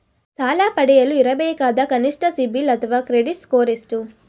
ಸಾಲ ಪಡೆಯಲು ಇರಬೇಕಾದ ಕನಿಷ್ಠ ಸಿಬಿಲ್ ಅಥವಾ ಕ್ರೆಡಿಟ್ ಸ್ಕೋರ್ ಎಷ್ಟು?